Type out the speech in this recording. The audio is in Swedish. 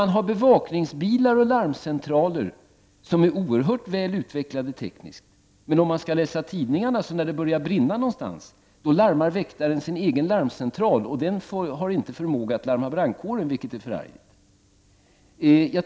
Man har bevakningsbilar och larmcentraler som är oerhört väl utvecklade tekniskt, men när det börjar brinna någonstans larmar väktaren sin egen larmcentral, och den har inte förmåga att larma brandkåren, vilket är förargligt.